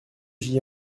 j’y